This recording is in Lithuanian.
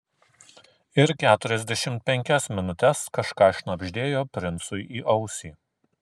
ir keturiasdešimt penkias minutes kažką šnabždėjo princui į ausį